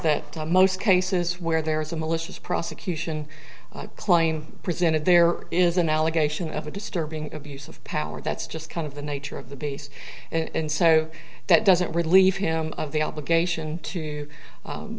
that most cases where there is a malicious prosecution claim presented there is an allegation of a disturbing abuse of power that's just kind of the nature of the base and so that doesn't relieve him of the obligation to